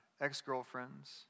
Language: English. ex-girlfriends